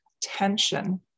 tension